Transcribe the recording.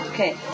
Okay